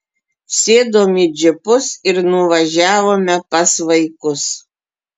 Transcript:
sėdom į džipus ir nuvažiavome pas vaikus